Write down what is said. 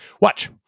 watch